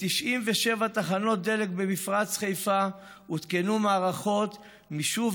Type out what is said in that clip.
ב-97 תחנות דלק במפרץ חיפה הותקנו מערכות מישוב